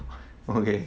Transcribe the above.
okay